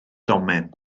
domen